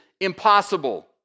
impossible